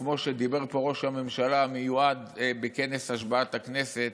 וכמו שדיבר פה ראש הממשלה המיועד בכנס השבעת הכנסת,